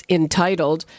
entitled